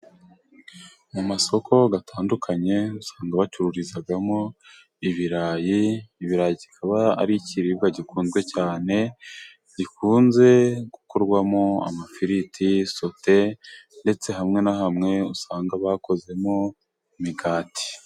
Mu masoko atandukanye usanga bacururizamo ibirayi. Ibirayi kikaba ari ikiribwa gikunzwe cyane. Gikunze gukorwamo amafiriti ,sote, ndetse hamwe na hamwe usanga bakozemo imigati.